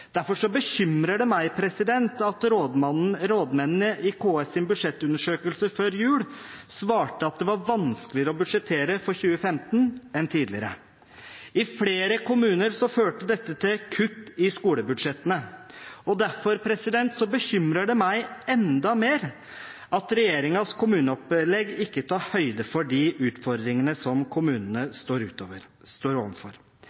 Derfor bekymrer det meg at rådmennene i KS’ budsjettundersøkelse før jul svarte at det var vanskeligere å budsjettere for 2015 enn tidligere. I flere kommuner førte dette til kutt i skolebudsjettene, og derfor bekymrer det meg enda mer at regjeringens kommuneopplegg ikke tar høyde for de utfordringene som kommunene står